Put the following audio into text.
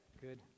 Good